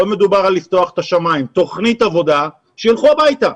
לא מדובר על לפתוח את השמיים שילכו הביתה.